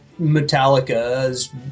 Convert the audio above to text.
Metallica's